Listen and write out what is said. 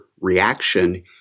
reaction